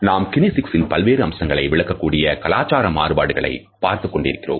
நாம் கினேசிக்ஸ்ன் பல்வேறு அம்சங்களை விளக்கக்கூடிய கலாச்சார மாறுபாடுகளை பார்த்துக் கொண்டிருக்கிறோம்